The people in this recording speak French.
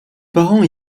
parents